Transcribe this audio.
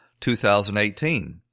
2018